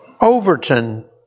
Overton